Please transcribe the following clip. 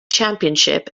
championship